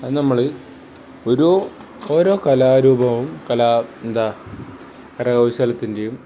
അത് നമ്മൾ ഒരു ഓരോ കലാരൂപവും കലാ എന്താ കരകൗശലത്തിൻ്റെയും